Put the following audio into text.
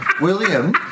William